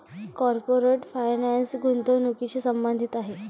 corporate finance गुंतवणुकीशी संबंधित आहे